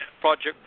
Project